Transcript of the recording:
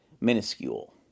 minuscule